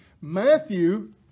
Matthew